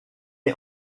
est